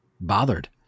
bothered